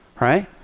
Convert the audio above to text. Right